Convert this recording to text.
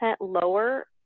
lower